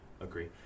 agree